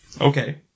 Okay